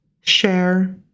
share